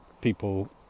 people